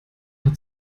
hat